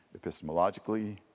epistemologically